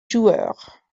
joueurs